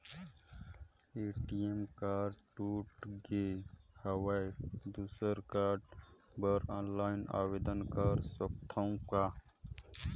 ATM card टूट गे हववं दुसर कारड बर ऑनलाइन आवेदन कर सकथव का?